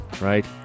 right